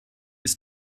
ist